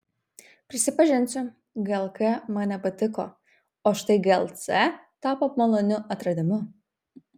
prisipažinsiu glk man nepatiko o štai glc tapo maloniu atradimu